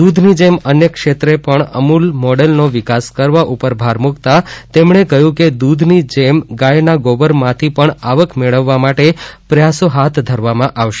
દુઘની જેમ અન્ય ક્ષેત્રે પણ અમુલ મોડેલનો વિકાસ કરવા ઉપર ભાર મુકતા તેમણે કહ્યું કે દૂધ ની જેમ ગાયના ગોબરમાંથી પણ આવક મેળવવવા માટે પ્રયાસો હાથ ધરવામાં આવશે